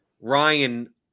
Ryan